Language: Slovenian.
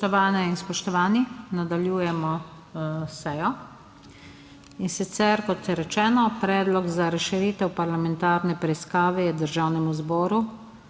Spoštovane in spoštovani, nadaljujemo s sejo. In sicer, kot rečeno, predlog za razširitev parlamentarne preiskave je Državnemu zboru